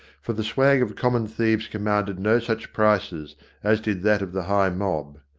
for the swag of common thieves com manded no such prices as did that of the high mob.